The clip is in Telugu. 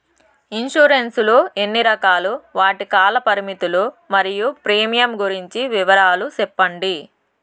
ఇన్సూరెన్సు లు ఎన్ని రకాలు? వాటి కాల పరిమితులు మరియు ప్రీమియం గురించి వివరాలు సెప్పండి?